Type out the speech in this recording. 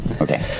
Okay